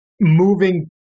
moving